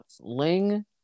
Ling